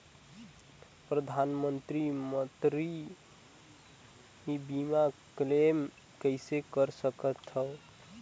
परधानमंतरी मंतरी बीमा क्लेम कइसे कर सकथव?